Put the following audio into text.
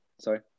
sorry